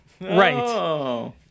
right